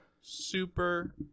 Super